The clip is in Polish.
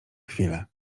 chwilę